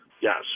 yes